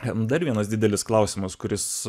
jam dar vienas didelis klausimas kuris